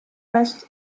west